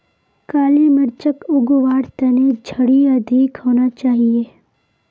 काली मिर्चक उग वार तने झड़ी अधिक होना चाहिए